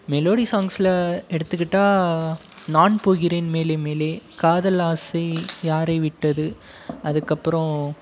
melody சாங்ஸ்சில் எடுத்துக்கிட்டால் நான் போகிறேன் மேலே மேலே காதல் ஆசை யாரை விட்டது அதுக்கப்புறம்